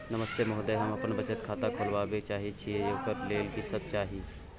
नमस्ते महोदय, हम बचत खाता खोलवाबै चाहे छिये, ओकर लेल की सब चाही?